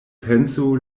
penso